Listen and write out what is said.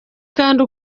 kandi